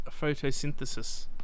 photosynthesis